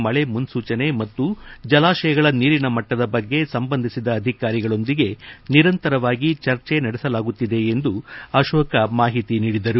ಮಳೆ ಮುನ್ಸೂಚನೆ ಮತ್ತು ಜಲಾಶಯಗಳ ನೀರಿನ ಮಟ್ಟದ ಬಗ್ಗೆ ಸಂಬಂಧಿಸಿದ ಅಧಿಕಾರಿಗಳೊಂದಿಗೆ ನಿರಂತರವಾಗಿ ಚರ್ಜೆ ನಡೆಸಲಾಗುತ್ತಿದೆ ಎಂದು ಅಶೋಕ್ ಮಾಹಿತಿ ನೀಡಿದರು